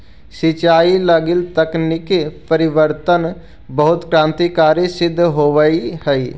सिंचाई लगी तकनीकी परिवर्तन बहुत क्रान्तिकारी सिद्ध होवित हइ